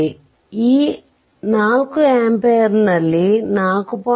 ಆದ್ದರಿಂದ ಈ 4 ಆಂಪಿಯರ್ನಲ್ಲಿ 4